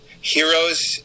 heroes